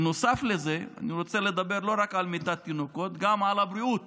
נוסף לזה אני רוצה לדבר לא רק על מיתת תינוקות אלא גם על הבריאות